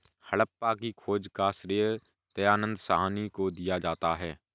हड़प्पा की खोज का श्रेय दयानन्द साहनी को दिया जाता है